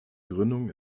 gründung